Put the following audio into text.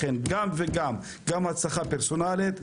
לכן גם וגם גם ההצלחה פרסונלית,